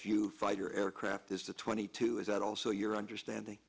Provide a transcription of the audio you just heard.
u fighter aircraft is the twenty two is that also your understanding